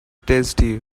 tasty